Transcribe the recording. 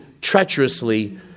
treacherously